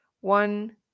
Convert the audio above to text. One